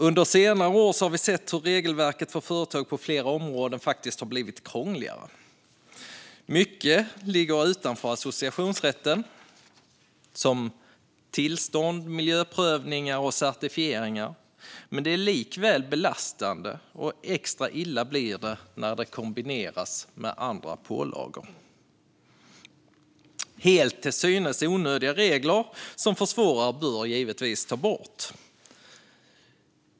Under senare år har vi sett hur regelverket för företag på flera områden faktiskt har blivit krångligare. Mycket ligger utanför associationsrätten, till exempel tillstånd, miljöprövningar och certifieringar. Men de är likväl belastande, och extra illa blir det när de kombineras med andra pålagor. Till synes helt onödiga regler som försvårar bör givetvis tas bort.